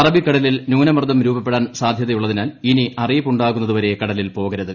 അറബിക്കടലിൽ ന്യൂനമർദം രൂപപ്പെടാൻ സാധൃതയുള്ളതിനാൽ ഇനി അറിയിപ്പുണ്ടാകുന്നതുവരെ കടലിൽപോകരുത്